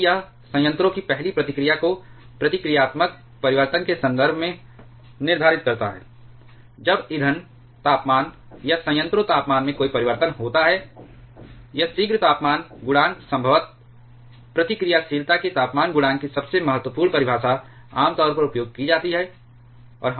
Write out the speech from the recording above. क्योंकि यह संयंत्रों की पहली प्रतिक्रिया को प्रतिक्रियात्मक परिवर्तन के संदर्भ में निर्धारित करता है जब ईंधन तापमान या संयंत्रों तापमान में कोई परिवर्तन होता है यह शीघ्र तापमान गुणांक संभवतः प्रतिक्रियाशीलता के तापमान गुणांक की सबसे महत्वपूर्ण परिभाषा आमतौर पर उपयोग की जाती है